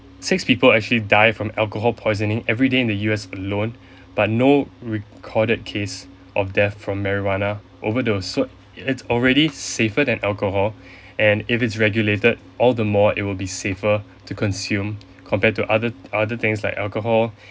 six people actually die from alcohol poisoning everyday in the U_S alone but no recorded case of death from marijuana overdose so it's already safer than alcohol and if it's regulated all the more it will be safer to consume compared to other other things like alcohol